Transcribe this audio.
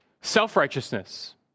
self-righteousness